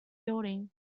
building